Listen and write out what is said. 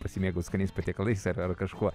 pasimėgaut skaniais patiekalais ar ar kažkuo